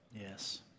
Yes